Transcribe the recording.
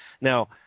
Now